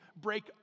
break